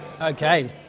Okay